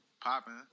popping